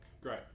Great